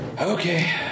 Okay